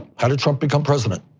how did trump become president?